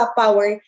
power